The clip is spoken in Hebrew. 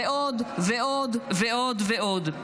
ועוד ועוד ועוד ועוד.